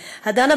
הדנה,